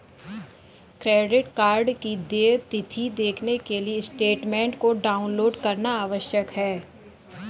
credit card की देय तिथी देखने के लिए स्टेटमेंट को डाउनलोड करना आवश्यक है